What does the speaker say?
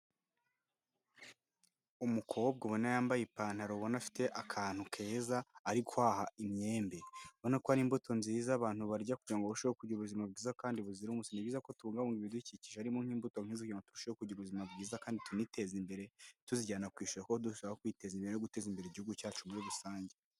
Umukobwa ubona yambaye ipantaro ubona afite akantu keza ari kwaha imyembe. Urabona ko ari imbuto nziza abantu barya kugira ngo ngo barusheho kugira ubuzima bwiza kandi buzira umuze. Ni byiza ko tubungabunga ibidukikije harimo nk'imbuto nk'izi kugira ngo turusheho kugira ubuzima bwiza kandi tuniteze imbere, tuzijyana ku isoko turushaho kwiteza imbere no guteza imbere Igihugu cyacu muri rusange.